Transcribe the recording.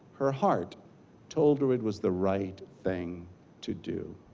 her heart told her it was the right thing to do.